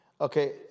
Okay